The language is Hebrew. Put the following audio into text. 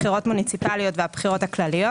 בחירות מוניציפאליות והבחירות הכלליות.